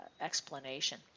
explanation